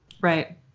right